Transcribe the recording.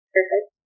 Perfect